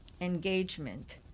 engagement